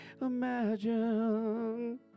imagine